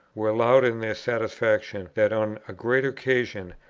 were loud in their satisfaction that on a great occasion,